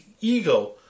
ego